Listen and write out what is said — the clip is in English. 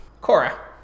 cora